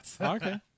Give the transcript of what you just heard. Okay